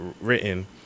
written